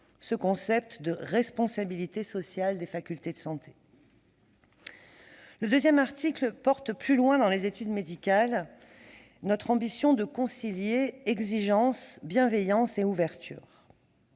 le concept de responsabilité sociale des facultés de santé. Le deuxième article exprime, plus tard dans les études médicales, notre ambition de concilier exigence, bienveillance et ouverture.